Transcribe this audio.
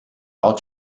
all